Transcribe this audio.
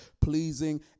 pleasing